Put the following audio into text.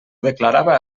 declarava